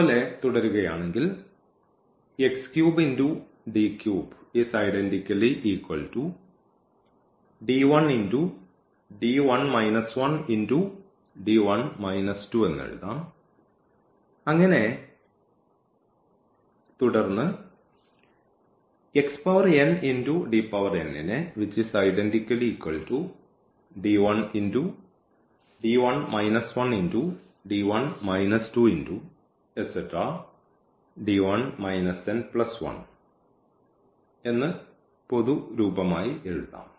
അതിനാൽ ഇവ പൊതുവായ രൂപങ്ങളാണ്